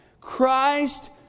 Christ